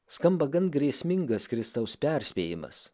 skamba gan grėsmingas kristaus perspėjimas